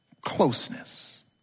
closeness